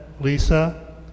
Lisa